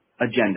agenda